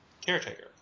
Caretaker